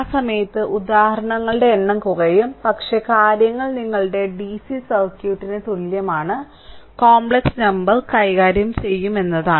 ആ സമയത്ത് ഉദാഹരണങ്ങളുടെ എണ്ണം കുറയും പക്ഷേ കാര്യങ്ങൾ നിങ്ങളുടെ DC സർക്യൂട്ടിന് തുല്യമാണ് കോംപ്ലക്സ് നമ്പർ കൈകാര്യം ചെയ്യും എന്നതാണ്